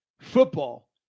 football